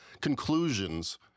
conclusions